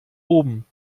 oben